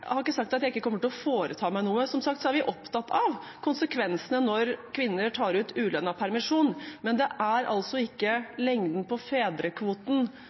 har ikke sagt at jeg ikke kommer til å foreta meg noe. Vi er som sagt opptatt av konsekvensene av at kvinner tar ut ulønnet permisjon, men det er altså ikke lengden på fedrekvoten